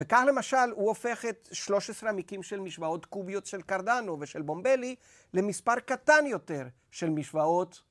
וכאן למשל, הוא הופך את 13 עמיקים של משוואות קוביות של קרדנו ושל בורדלי למספר קטן יותר של משוואות...